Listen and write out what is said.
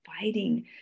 fighting